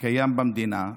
שקיים במדינה.